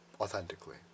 authentically